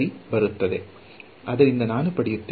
ಸರಿ ಬರುತ್ತದೆ ಮತ್ತು ನಾನು ಪಡೆಯುತ್ತೇನೆ